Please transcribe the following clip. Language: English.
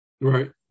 Right